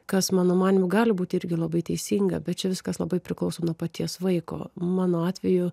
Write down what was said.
kas mano manymu gali būt irgi labai teisinga bet čia viskas labai priklauso nuo paties vaiko mano atveju